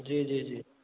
जी जी जी